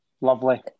Lovely